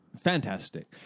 Fantastic